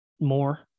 more